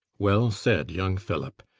well said, young phillip!